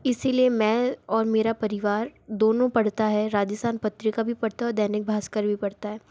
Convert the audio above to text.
इसलिए मैं और मेरा परिवार दोनों पढ़ता है राजस्थान पत्रिका भी पढ़ता है और दैनिक भास्कर भी पढ़ता है